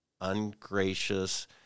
ungracious